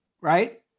right